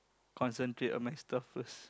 concentrate on my stuff first